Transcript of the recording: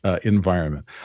environment